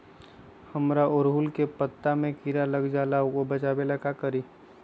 हमरा ओरहुल के पत्ता में किरा लग जाला वो से बचाबे ला का करी?